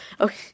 Okay